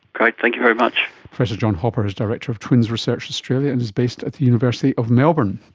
great, thank you very much. professor john hopper is director of twins research australia and is based at the university of melbourne.